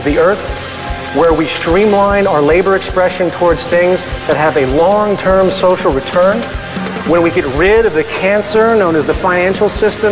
of the earth where we streamline our labor expression for things that have a long term social return when we get rid of the cancer known as the financial system